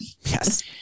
Yes